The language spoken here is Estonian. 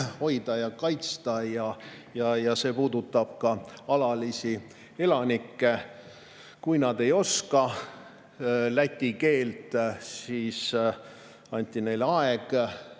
hoida ja kaitsta. See puudutab ka alalisi elanikke. Kui nad ei osanud läti keelt, siis anti neile